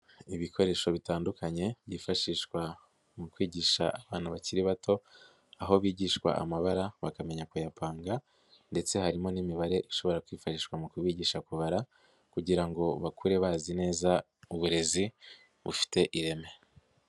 Ibikoresho bitandukanye, byifashishwa mu kwigisha abana bakiri bato, aho bigishwa amabara, bakamenya kuyapanga ndetse harimo n'imibare ishobora kwifashishwa mu kubigisha kubara kugira ngo bakure bazi neza uburezi bufite ireme.